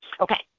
Okay